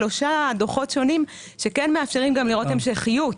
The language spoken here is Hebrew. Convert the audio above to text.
שלושה דוחות שונים שמאפשרים לראות המשכיות,